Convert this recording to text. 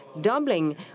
doubling